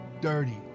Dirty